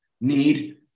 need